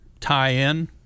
tie-in